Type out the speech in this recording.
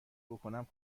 بکنم